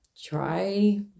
Try